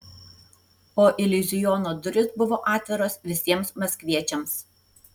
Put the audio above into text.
o iliuziono durys buvo atviros visiems maskviečiams